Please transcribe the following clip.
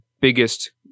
biggest